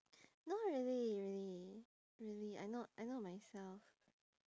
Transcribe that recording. no really really really I know I know myself